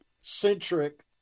centric